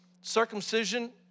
Circumcision